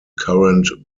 current